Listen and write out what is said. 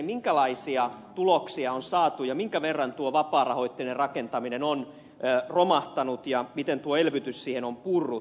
minkälaisia tuloksia on saatu ja minkä verran tuo vapaarahoitteinen rakentaminen on romahtanut ja miten tuo elvytys siihen on purrut